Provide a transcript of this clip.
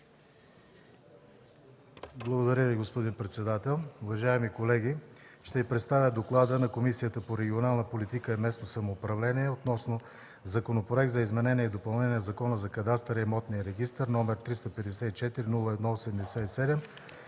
Благодаря Ви, господин председател. Уважаеми колеги, ще Ви представя доклада на Комисията по регионална политика и местно самоуправление относно Законопроект за изменение и допълнение на Закона за кадастъра и имотния регистър, № 354-01-87,